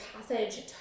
passage